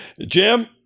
jim